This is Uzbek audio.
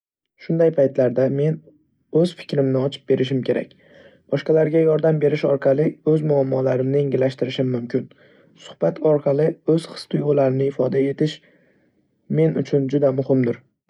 Shunday paytlarda, men o'z fikrlarimni ochib berishim kerak. Boshqalarga yordam berish orqali o'z muammolarimni yengillashtirishim mumkin. Suhbat orqali his-tuyg'ularimni ifoda etish men uchun juda muhimdir.